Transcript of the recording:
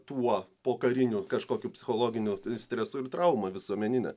tuo pokariniu kažkokiu psichologiniu stresu ir trauma visuomenine